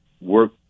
work